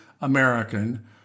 American